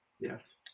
Yes